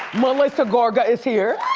melissa gorga is here.